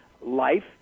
life